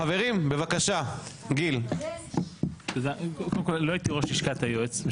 קודם כל, בשום שלב לא הייתי ראש לשכת היועץ.